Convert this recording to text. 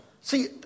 See